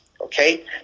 Okay